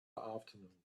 afternoon